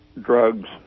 drugs